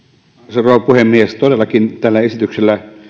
rouva puhemies todellakin tällä esityksellä